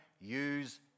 use